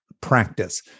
practice